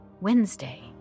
Wednesday